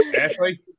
Ashley